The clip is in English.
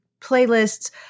playlists